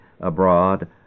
abroad